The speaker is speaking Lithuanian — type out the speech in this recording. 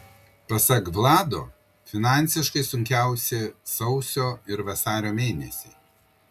pasak vlado finansiškai sunkiausi sausio ir vasario mėnesiai